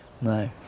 No